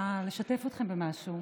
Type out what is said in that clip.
אני רוצה לשתף אתכם במשהו: